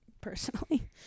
personally